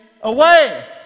away